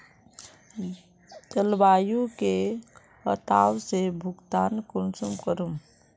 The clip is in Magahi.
जलवायु के कटाव से भुगतान कुंसम करूम?